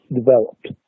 developed